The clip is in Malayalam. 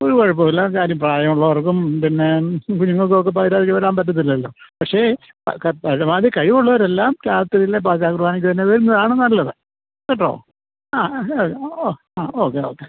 ഒരു കുഴപ്പവും ഇല്ല കാര്യം പ്രായം ഉള്ളവർക്കും പിന്നെ കുഞ്ഞുങ്ങൾക്കുമൊക്കെ പാതിരായ്ക്ക് വരാൻ പറ്റത്തില്ലല്ലോ പക്ഷേ ഭഗവാൻ്റെ കഴിവുള്ളവരെല്ലാം രാത്രിയിലെ പാതിരാ കുറുബാനയ്ക്ക് തന്നെ വരുന്നതാണ് നല്ലത് കേട്ടോ ആ അത് ഓ ആ ഓക്കെ ഓക്കെ